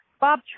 Bob